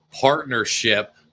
partnership